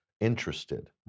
interested